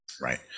right